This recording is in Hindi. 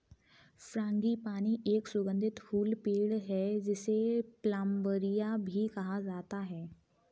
फ्रांगीपानी एक सुगंधित फूल पेड़ है, जिसे प्लंबरिया भी कहा जाता है